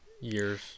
years